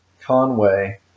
Conway